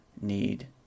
need